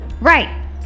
Right